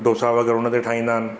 डोसा वग़ैरह हुनते ठाहींदा आहिनि